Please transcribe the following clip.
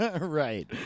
Right